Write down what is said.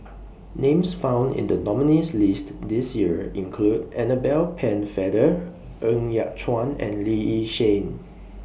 Names found in The nominees' list This Year include Annabel Pennefather Ng Yat Chuan and Lee Yi Shyan